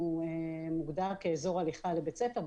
שהוא מוגדר כאזור הליכה לבית ספר,